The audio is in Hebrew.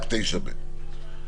רק 9(ב).